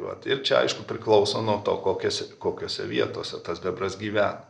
vat ir čia aišku priklauso nuo to kokias kokiose vietose tas bebras gyvena